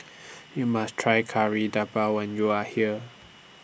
YOU must Try Kari Debal when YOU Are here